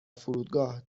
فرودگاه